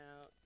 out